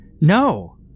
No